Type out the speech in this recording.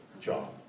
job